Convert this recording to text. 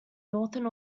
northern